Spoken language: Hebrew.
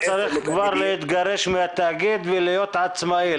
צריך כבר להתגרש מהתאגיד ולהיות עצמאי,